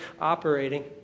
operating